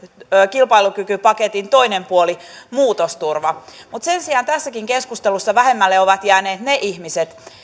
kilpailukykypaketin toinen puoli muutosturva mutta sen sijaan tässäkin keskustelussa vähemmälle ovat jääneet ne ihmiset